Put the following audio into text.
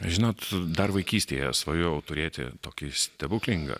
žinot dar vaikystėje svajojau turėti tokį stebuklingą